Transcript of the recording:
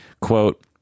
Quote